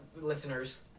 listeners